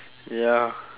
ya